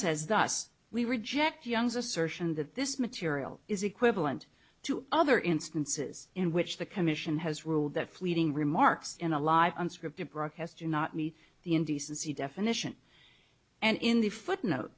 says thus we reject young's assertion that this material is equivalent to other instances in which the commission has ruled that fleeting remarks in a live unscripted broadcast do not meet the indecency definition and in the footnote